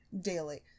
Daily